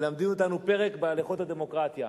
מלמדים אותנו פרק בהלכות הדמוקרטיה.